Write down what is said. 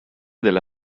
della